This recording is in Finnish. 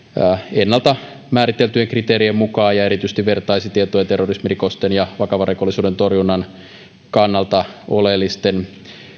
ennalta määriteltyjen kriteerien mukaan ja erityisesti vertaisi tietoja terrorismirikosten ja vakavan rikollisuuden torjunnan kannalta oleellisten